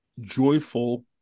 joyful